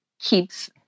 keeps